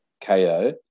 KO